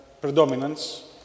predominance